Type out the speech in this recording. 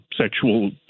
sexual